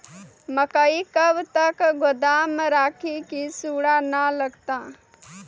मकई कब तक गोदाम राखि की सूड़ा न लगता?